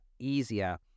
easier